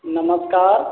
नमस्कार